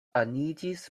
aniĝis